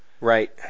Right